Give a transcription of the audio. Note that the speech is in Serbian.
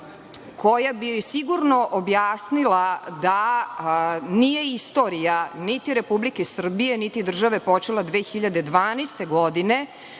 koja bi joj sigurno objasnila da nije istorija niti Republike Srbije niti države počela 2012. godine,